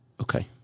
okay